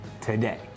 today